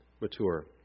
mature